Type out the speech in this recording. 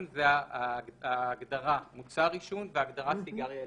זה ההגדרה "מוצר עישון" והגדרה "סיגריה אלקטרונית".